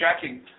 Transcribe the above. checking